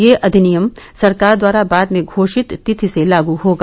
यह अधिनियम सरकार द्वारा बाद में घोषित तिथि से लागू होगा